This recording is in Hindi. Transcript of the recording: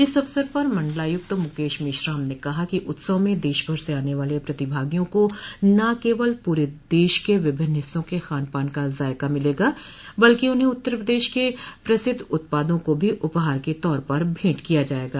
इस अवसर पर मण्डलायुक्त मुकेश मेश्राम ने कहा कि उत्सव में देशभर से आने वाले प्रतिभागियों को न केवल प्ररे देश के विभिन्न हिस्सों के खान पान का जायका मिलेगा बल्कि उन्हें उत्तर प्रदेश के प्रसिद्ध उत्पादों को भी उपहार के तौर पर भेंट किया जायेगा